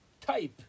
type